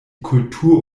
kultur